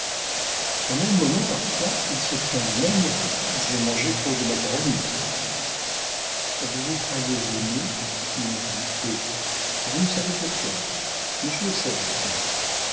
au même moment parfois il se dit en lui-même j'ai mangé trop de macaroni vous vous croyez aimée il vous hait et vous ne savez pourquoi mais je le savais moi